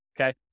Okay